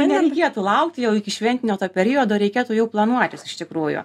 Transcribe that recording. nereikėtų laukti jau iki šventinio to periodo reikėtų jau planuotis iš tikrųjų